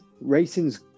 racing's